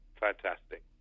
fantastic